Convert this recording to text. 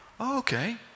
Okay